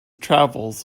travels